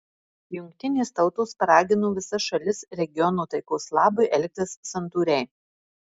jungtinės tautos paragino visas šalis regiono taikos labui elgtis santūriai